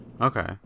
Okay